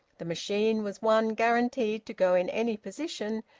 the machine was one guaranteed to go in any position,